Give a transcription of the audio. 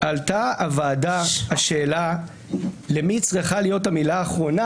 עלתה בוועדה השאלה למי צריכה להיות המילה האחרונה,